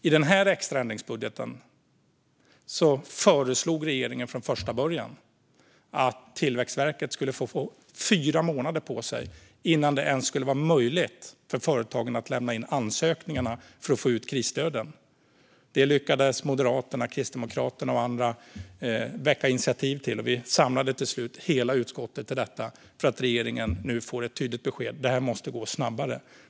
I den här extra ändringsbudgeten föreslog regeringen från början att Tillväxtverket skulle få fyra månader på sig innan det ens skulle vara möjligt för företagen att lämna in ansökningarna för att få ut krisstöden. Det lyckades Moderaterna, Kristdemokraterna och andra väcka ett initiativ kring som vi till slut samlade hela utskottet bakom. Nu får regeringen ett tydligt besked: Det måste gå snabbare.